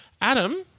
Adam